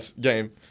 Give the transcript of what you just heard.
game